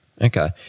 Okay